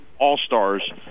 All-Stars